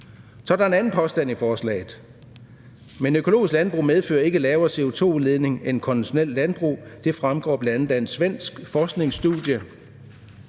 Så er der en anden påstand i forslaget: »Men økologisk landbrug medfører ikke lavere CO2-udledninger end konventionelt landbrug. Det fremgår bl.a. af et svensk forskningsstudie.«